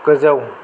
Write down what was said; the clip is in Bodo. गोजौ